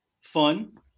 Fun